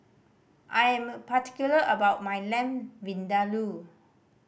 I am particular about my Lamb Vindaloo